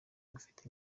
bufite